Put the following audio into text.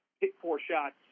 hit-four-shots